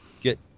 get